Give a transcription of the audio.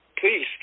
please